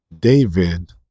David